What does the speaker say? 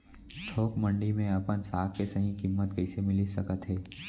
थोक मंडी में अपन साग के सही किम्मत कइसे मिलिस सकत हे?